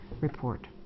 report